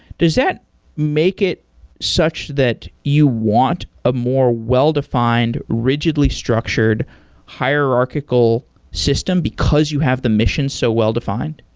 does that make it such that you want a more well-defined, rigidly structured hierarchical system because you have the mission so well-defined?